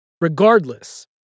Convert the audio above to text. Regardless